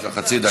יש לך חצי דקה.